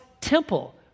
temple